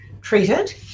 treated